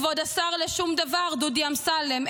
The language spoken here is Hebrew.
כבוד השר לשום דבר דודי אמסלם,